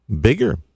bigger